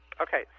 Okay